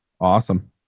Awesome